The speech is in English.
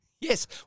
Yes